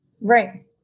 Right